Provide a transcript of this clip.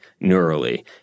neurally